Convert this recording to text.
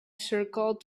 circle